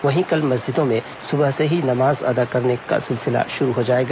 वहीं कल मस्जिदों में सुबह से ही नमाज अदा करने का सिलसिला शुरू हो जाएगा